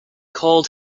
called